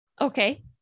okay